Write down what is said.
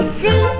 see